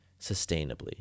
Sustainably